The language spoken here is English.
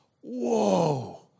whoa